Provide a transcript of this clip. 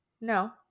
No